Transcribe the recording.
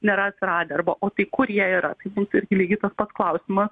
nėra atsiradę arba o tai kur jie yra tai būtų irgi lygiai tas pat klausimas